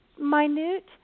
minute